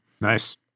Nice